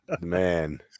man